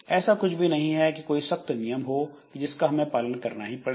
ऐसा कुछ भी नहीं है कि कोई सख्त नियम हो कि जिसका हमें पालन ही करना पड़ेगा